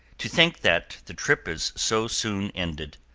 to think that the trip is so soon ended.